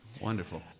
wonderful